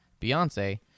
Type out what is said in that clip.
Beyonce